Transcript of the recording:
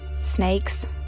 Snakes